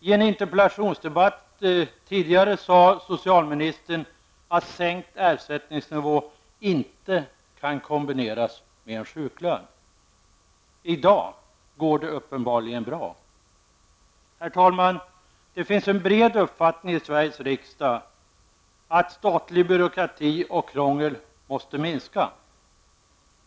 I en interpellationsdebatt tidigare sade socialministern att en sänkning av ersättningsnivån inte kan kombineras med en sjuklön. I dag går det uppenbarligen bra. Herr talman! Det finns en bred uppfattning i Sveriges riksdag om att statlig byråkrati och krångel måste minska.